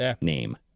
name